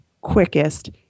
quickest